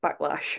backlash